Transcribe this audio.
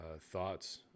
thoughts